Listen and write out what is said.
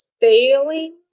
failing